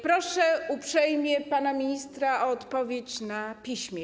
Proszę uprzejmie pana ministra o odpowiedź na piśmie.